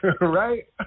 Right